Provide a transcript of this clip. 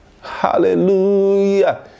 Hallelujah